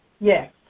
Yes